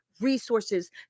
resources